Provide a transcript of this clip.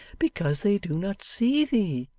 because they do not see thee.